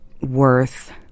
worth